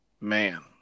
man